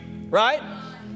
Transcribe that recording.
right